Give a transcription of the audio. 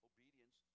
Obedience